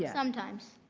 yeah sometimes.